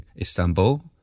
Istanbul